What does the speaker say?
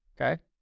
Okay